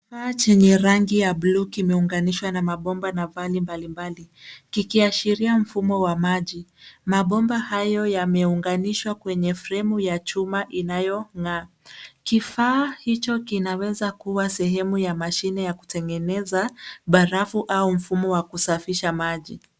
Kifaa chenye rangi ya buluu kimeunganishwa na mabomba na vali mbalimbali kikiashiria mfumo wa maji. Mabomba hayo yameunganishwa kwenye fremu ya chuma inayong'aa. Kifaa hicho kinaweza kuwa sehemu ya mashine ya kutengeneza barafu au mfumo wa kusafisha maji.